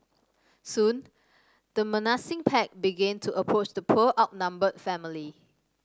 soon the menacing pack began to approach the poor outnumbered family